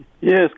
Yes